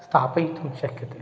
स्थापयितुं शक्यते